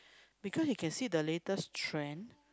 because you can see the latest trend